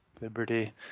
Liberty